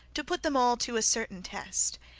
to put them all to a certain test.